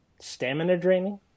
Stamina-draining